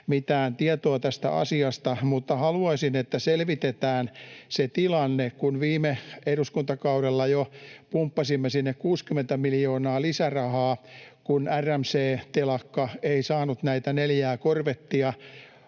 mitään tietoa tästä asiasta, mutta haluaisin, että selvitetään se tilanne, kun viime eduskuntakaudella jo pumppasimme sinne 60 miljoonaa lisärahaa, kun RMC-telakka ei saanut näitä neljää korvettia